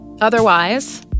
Otherwise